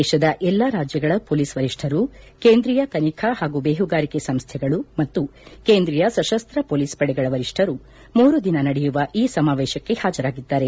ದೇಶದ ಎಲ್ಲಾ ರಾಜ್ಯಗಳ ಮೊಲೀಸ್ ವರಿಷ್ಠರು ಕೇಂದ್ರೀಯ ತನಿಖಾ ಪಾಗೂ ಬೇಹುಗಾರಿಕೆ ಸಂಸ್ಥೆಗಳು ಮತ್ತು ಕೇಂದ್ರೀಯ ಸಶಸ್ತ ಮೊಲೀಸ್ ಪಡೆಗಳ ವರಿಷ್ಠರು ಮೂರು ದಿನ ನಡೆಯುವ ಈ ಸಮಾವೇಶಕ್ಕೆ ಪಾಜರಾಗಿದ್ದಾರೆ